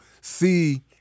see